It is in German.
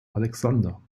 alexander